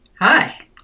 Hi